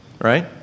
right